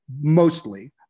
mostly